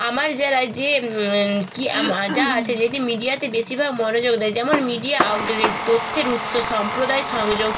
আমার জেলায় যে কী যা আছে যদি মিডিয়াতে বেশিরভাগ মনোযোগ দেয় যেমন মিডিয়া আউটলেট তথ্যের উৎস সম্প্রদায় সংযোগ